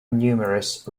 numerous